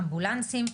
אמבולנסים,